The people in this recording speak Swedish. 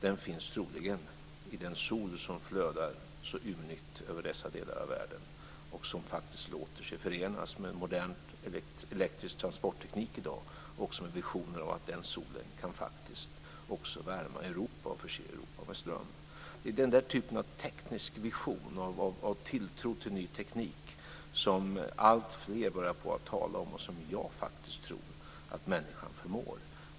Den finns troligen i den sol som flödar så ymnigt över dessa delar av världen och som i dag faktiskt låter sig förenas med en modern elektrisk transportteknik och med visioner om att den solen också kan värma Europa och förse Europa med ström. Det är den typen av teknisk vision, av tilltro till ny teknik, som alltfler börjar tala om och som jag tror att människan förmår.